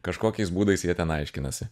kažkokiais būdais jie ten aiškinasi